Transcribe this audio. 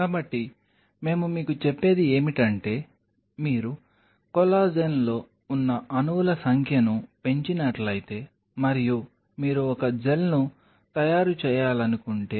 కాబట్టి మేము మీకు చెప్పేది ఏమిటంటే మీరు కొల్లాజెన్లో ఉన్న అణువుల సంఖ్యను పెంచినట్లయితే మరియు మీరు ఒక జెల్ను తయారు చేయాలనుకుంటే